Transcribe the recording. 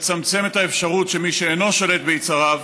לצמצם את האפשרות שמי שאינו שולט ביצריו,